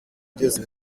vyose